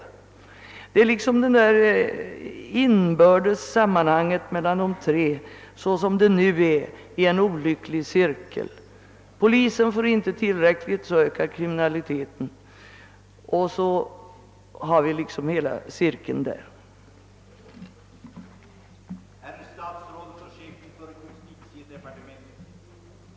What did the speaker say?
Detta inbördes sammanhang mellan de tre avsnitten skapar nu på sätt och vis en ond cirkel; polisen får inte tillräckliga resurser; då ökar kriminaliteten med nya krav på polisen och kriminalvården som följd. Så uppstår denna onda cirkel.